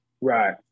Right